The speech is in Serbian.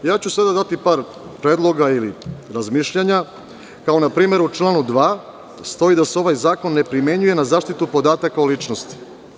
Daću par predloga ili razmišljanja, kao na primer u članu 2. stoji da se ovaj zakon ne primenjuje na zaštitu podataka o ličnosti.